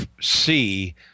see